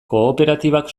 kooperatibak